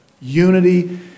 Unity